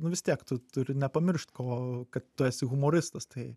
nu vis tiek tu turi nepamiršt ko kad tu esi humoristas tai